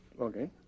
Okay